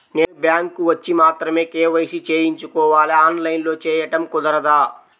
నేను బ్యాంక్ వచ్చి మాత్రమే కే.వై.సి చేయించుకోవాలా? ఆన్లైన్లో చేయటం కుదరదా?